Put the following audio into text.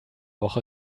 woche